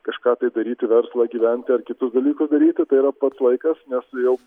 kažką tai daryti verslą gyventi ar kitus dalykus daryti tai yra pats laikas nes jau